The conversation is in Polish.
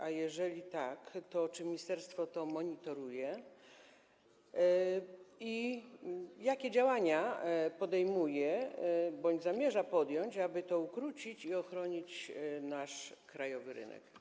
A jeżeli tak, to czy ministerstwo to monitoruje i jakie działania podejmuje bądź zamierza podjąć, aby to ukrócić i ochronić nasz krajowy rynek?